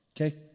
okay